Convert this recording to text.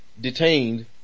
detained